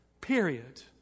Period